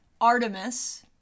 Artemis